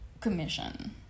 Commission